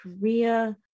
Korea